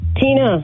Tina